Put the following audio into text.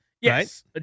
Yes